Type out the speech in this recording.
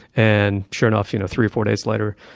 and sure enough, you know three or four days later,